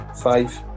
Five